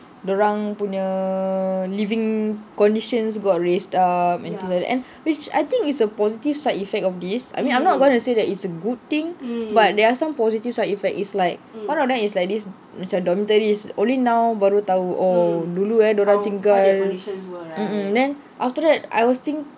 dorang punya living conditions got raised up as well which I think is a positive side effect of this I mean I'm not gonna say that it's a good thing but there are some positive side effect is like one of them is like this macam dormitory is only now baru tahu oh dulu kan dorang tinggal then after that I was thinking